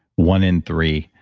one in three.